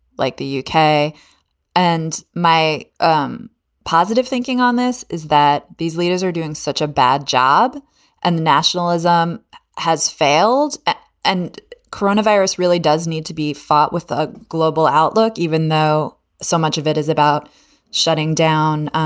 like the yeah uk and my um positive thinking on this is that these leaders are doing such a bad job and the nationalism has failed and coronavirus really does need to be fought with a global outlook, even though so much of it is about shutting down,